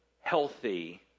healthy